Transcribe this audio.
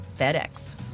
FedEx